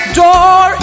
door